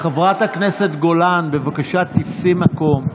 חברת הכנסת גולן, בבקשה, תפסי מקום.